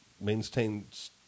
maintains